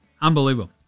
Unbelievable